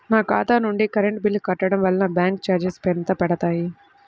నా ఖాతా నుండి కరెంట్ బిల్ కట్టడం వలన బ్యాంకు చార్జెస్ ఎంత పడతాయా?